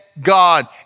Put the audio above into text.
God